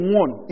one